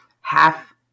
half